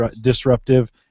disruptive